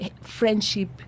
friendship